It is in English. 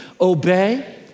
obey